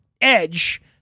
edge